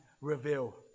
reveal